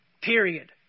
Period